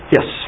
Yes